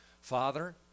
Father